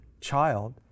child